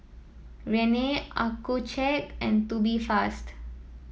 Rene Accucheck and Tubifast